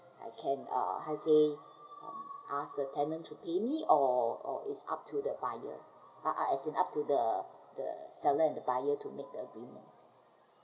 I can uh how to say um ask the tenant to pay me or or it's up to the buyer uh uh as in up to the the seller and the buyer to make the agreement